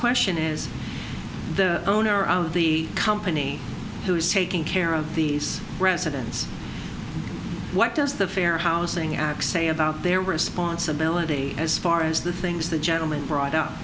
question is the owner of the company who is taking care of these residents what does the fair housing act say about their responsibility as far as the things that gentleman brought up